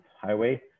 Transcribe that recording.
highway